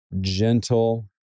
Gentle